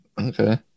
okay